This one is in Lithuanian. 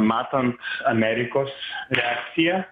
matom amerikos reakciją